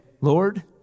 Lord